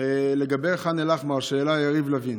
לגבי ח'אן אל-אחמר, שהעלה יריב לוין: